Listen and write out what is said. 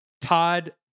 Todd